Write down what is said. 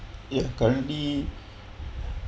yeah currently